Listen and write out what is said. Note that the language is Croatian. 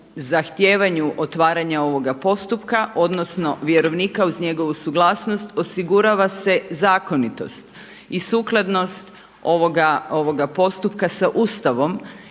zahtijevanju otvaranja ovoga postupka, odnosno vjerovnika uz njegovu suglasnost osigurava se zakonitost i sukladnost ovoga postupka sa Ustavom.